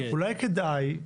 אולי כדאי,